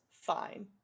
fine